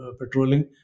patrolling